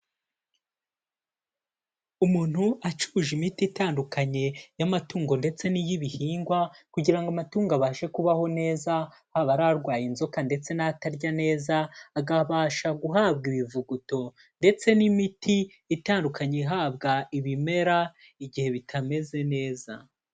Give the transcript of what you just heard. Umuntu acuruje imiti itandukanye y'amatungo ndetse n'iy'ibihingwa kugira ngo amatungo abashe kubaho neza aba ari arwaye inzoka ndetse n'atarya neza agabasha guhabwa ibivuguto ndetse n'imiti itandukanye ihabwa ibimera igihe bitameze neza.